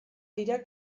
dira